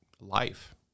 life